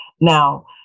Now